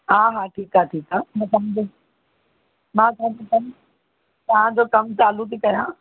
हा हा ठीकु आहे ठीकु आहे तव्हां जो कमु चालू थी कयां